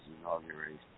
inauguration